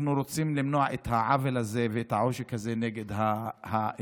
אנחנו רוצים למנוע את העוול הזה ואת העושק הזה נגד האזרח.